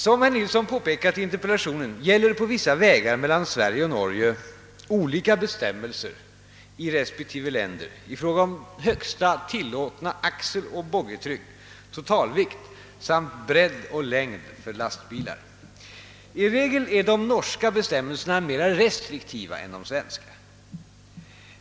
Som herr Nilsson påpekat i interpellationen gäller på vissa vägar mellan Sverige och Norge olika bestämmelser i respektive länder i fråga om högsta tilllåtna axeloch boggitryck, totalvikt samt bredd och längd för lastbilar. I regel är de norska bestämmelserna mer restriktiva än de svenska.